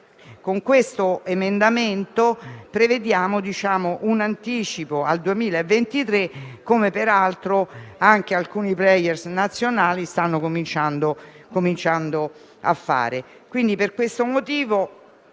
Con questo emendamento prevedono un anticipo al 2023, come peraltro alcuni *player* nazionali stanno cominciando a fare.